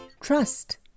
trust